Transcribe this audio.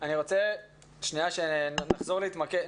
אני רוצה שנחזור להתמקד,